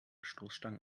stoßstangen